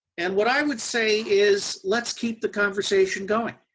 and what i would say is let's keep the conversation going.